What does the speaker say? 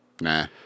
Nah